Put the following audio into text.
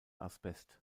asbest